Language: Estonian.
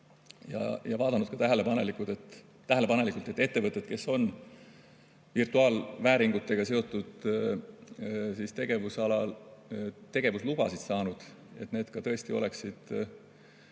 ja vaadanud ka tähelepanelikult, et ettevõtted, kes on virtuaalvääringutega seotud tegevuslubasid saanud, et need ka tõesti oleksid